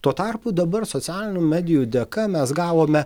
tuo tarpu dabar socialinių medijų dėka mes gavome